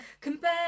compare